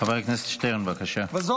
תודה רבה.